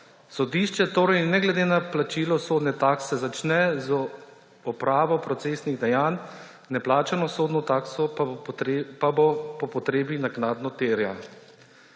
Sodišče torej ne glede na plačilo sodne takse začne z opravo procesnih dejanj, neplačano sodno takso pa bo po potrebi naknadno terjalo.